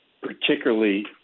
particularly